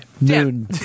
noon